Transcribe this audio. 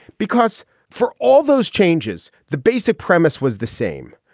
because for all those changes, the basic premise was the same.